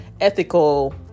ethical